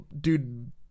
dude